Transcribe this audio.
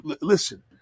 Listen